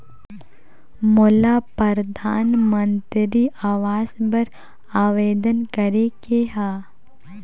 मोला परधानमंतरी आवास बर आवेदन करे के हा?